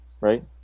right